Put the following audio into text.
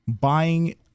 buying